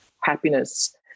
happiness